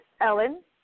Ellen